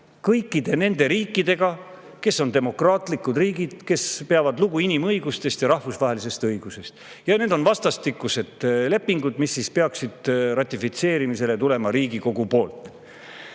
kõikide nende riikidega, kes on demokraatlikud, kes peavad lugu inimõigustest ja rahvusvahelisest õigusest. Need on vastastikused lepingud, mis peaksid tulema ratifitseerimisele Riigikogus.